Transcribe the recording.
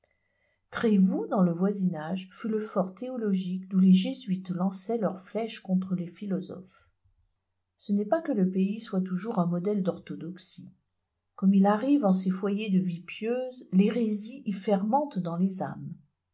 trévoux dans le voisinage fut le fort théologique d'où les jésuites lançaient leurs flèches contre les philosophes ce n'est pas que le pays soit toujours un modèle d'orthodoxie comme il arrive en ces foyers de vie pieuse l'hérésie y fermente dans les âmes